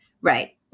Right